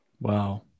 Wow